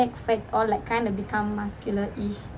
facts or like kind of become muscular ease